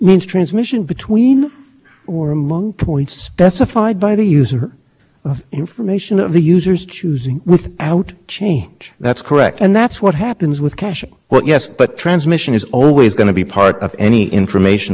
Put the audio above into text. transmission is always going to be part of any information service the reason that caching is an information service is it involves storage held by the i s p of the information that is being provided to the customer and storage of information to provide information to customers whether